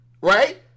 right